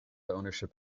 ownership